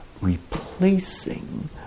replacing